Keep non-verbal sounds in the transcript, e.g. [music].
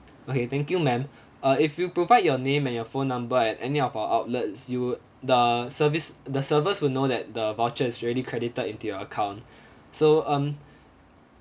okay thank you ma'am [breath] uh if you provide your name and your phone number at any of our outlets you the service the servers will know that the voucher is already credited into your account [breath] so um